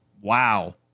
Wow